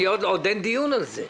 עוד אין דיון על זה.